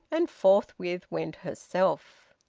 and forthwith went herself.